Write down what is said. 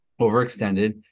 overextended